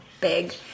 big